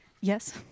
Yes